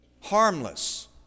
harmless